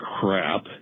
crap